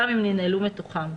גם אם ננעלו מתוכם,